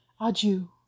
Adieu